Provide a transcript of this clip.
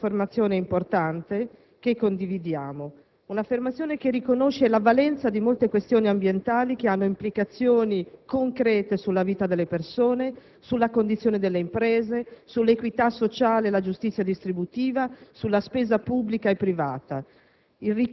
È un'affermazione importante, che condividiamo; un'affermazione che riconosce la valenza di molte questioni ambientali che hanno implicazioni concrete sulla vita delle persone, sulla condizione delle imprese, sull'equità sociale e sulla giustizia distributiva, sulla spesa pubblica e privata.